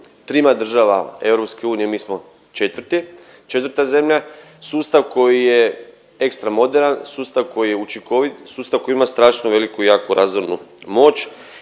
trima državama EU, mi smo četvrti, četvrta zemlja. Sustav koji je ekstra moderan, sustav koji je učinkovit, sustav koji ima strašno veliku i jaku razornu moć,